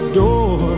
door